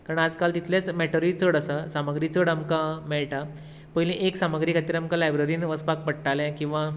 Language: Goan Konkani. कारण आजकाल मॅटरूय तितले चड आसा सामाग्री चड आमकां मेळटा पयली एक सामाग्री खातीर आमकां लायब्ररीन वचपाक पडटाले किंवां